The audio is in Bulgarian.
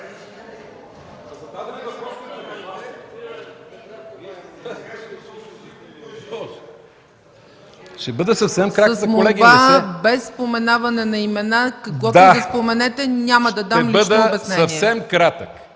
Ще бъда съвсем кратък.